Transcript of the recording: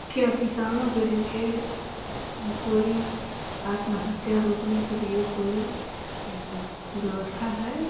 क्या किसानों के लिए कोई आत्महत्या रोकने के लिए कोई व्यवस्था है